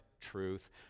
truth